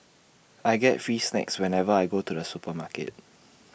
I get free snacks whenever I go to the supermarket